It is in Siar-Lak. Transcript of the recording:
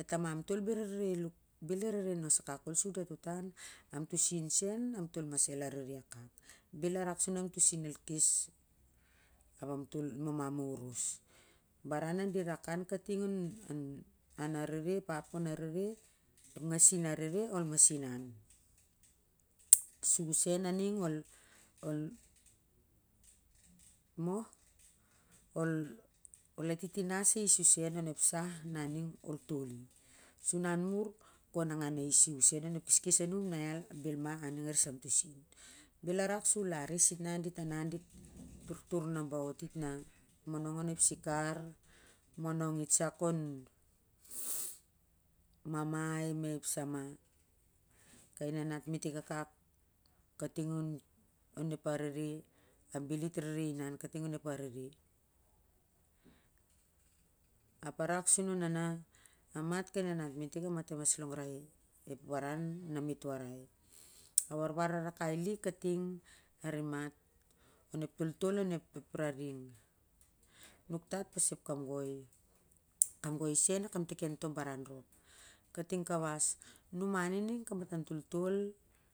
e tamam tol toel i rere nos akak kol su dato tan ap to sin sen am tol mas arere akak belarak su amto sin el kes ap amtol mamam oros baran na di rak an kating an arere, ap kon arere nasin ap kon arere ol mas inan su u sen aaing ol ol atitinas ais su sen onep sa na ning kol tol i su na aumur ku nangan si su sen na ia bel ma na ning arisam to sin bel arak su lar i e sit na dit a na dit turtur nabaot it na dit monong an a sikar, mamai ma ep sama kai nanat metek akak kating onep arere ap bel dit rere inan kating on ep arere ap arak su naona amat kai nanat metek amat el mas longrai akak tar ep baran na mit warai.